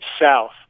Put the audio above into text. south